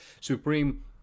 Supreme